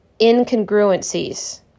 incongruencies